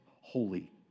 holy